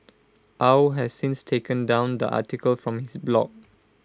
Au has since taken down the article from his blog